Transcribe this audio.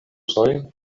kursoj